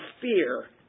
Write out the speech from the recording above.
fear